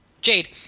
Jade